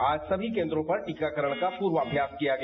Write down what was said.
आज सभी केन्द्रों पर टीकाकरण का प्रर्वाभ्यास किया गया